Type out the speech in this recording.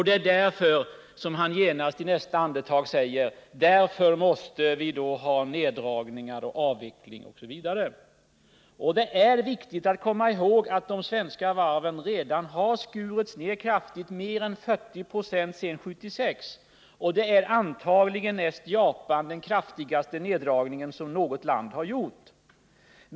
Det är mot den bakgrunden industriministern i nästa andetag säger: Därför måste vi ha neddragningar, avveckling osv. Det är viktigt att komma ihåg att de svenska varvens verksamhet redan har skurits ned kraftigt, mer än 40 90 sedan 1976. Det är antagligen, näst Japan, den kraftigaste neddragningen något land har gjort.